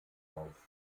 auf